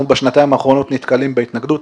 אנחנו בשנתיים האחרונות נתקלים בהתנגדות.